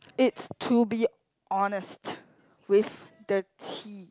it's to be honest with the tea